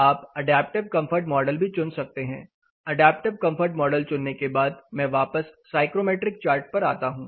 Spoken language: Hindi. आप अडैप्टिव कंफर्ट मॉडल भी चुन सकते हैं अडैप्टिव कंफर्ट मॉडल चुनने के बाद मैं वापस साइक्रोमेट्रिक चार्ट पर आता हूं